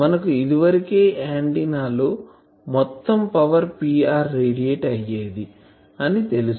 మనకు ఇదివరకే ఆంటిన్నా లో మొత్తం పవర్ Pr రేడియేట్ అయ్యేది అని తెలుసు